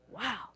Wow